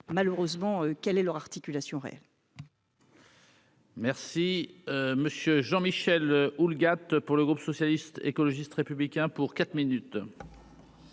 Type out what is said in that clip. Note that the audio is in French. malheureusement, quel est leur articulation réel.